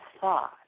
thought